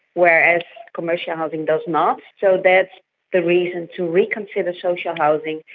whereas commercial housing does not. so that's the reason to reconsider social housing,